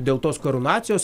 dėl tos karūnacijos